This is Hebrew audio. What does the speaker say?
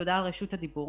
תודה על רשות הדיבור.